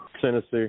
Tennessee